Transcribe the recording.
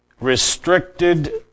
restricted